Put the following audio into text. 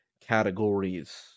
categories